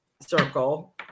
circle